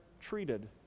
treated